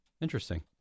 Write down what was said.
Interesting